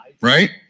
Right